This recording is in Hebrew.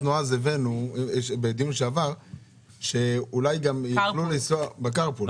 אמרנו שאולי יוכלו לנסוע בקרפול.